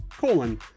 colon